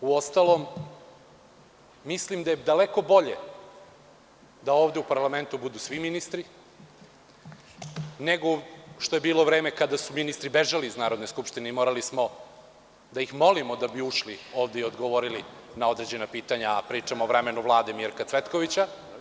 Uostalom, mislim da je daleko bolje da ovde u parlamentu budu svi ministri, nego što je bilo u vreme kada su ministri bežali iz Narodne skupštine i morali smo da ih molimo da bi ušli ovde i odgovorili na određena pitanja, a pričam o vremenu Vlade Mirka Cvetkovića.